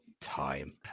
time